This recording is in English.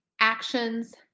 actions